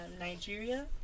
Nigeria